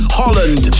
holland